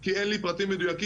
כי אין לי פרטים מדויקים,